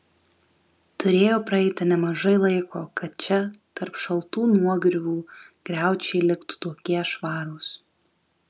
turėjo praeiti nemažai laiko kad čia tarp šaltų nuogriuvų griaučiai liktų tokie švarūs